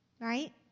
right